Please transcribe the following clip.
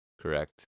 Correct